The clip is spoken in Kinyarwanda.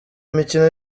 mikino